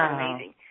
amazing